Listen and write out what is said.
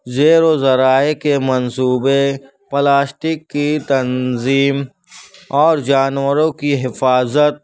زیر و ذرائع کے منصوبے پلاسٹک کی تنظیم اور جانوروں کی حفاظت